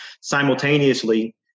simultaneously